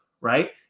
right